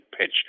pitch